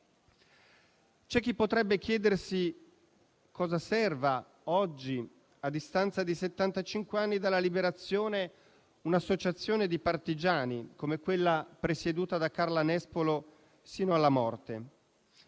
C'è chi potrebbe chiedersi cosa serva oggi, a distanza di settantacinque anni dalla Liberazione, un'associazione di partigiani come quella presieduta da Carla Nespolo fino alla morte.